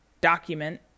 document